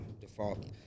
default